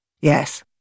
yes